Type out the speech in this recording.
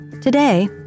today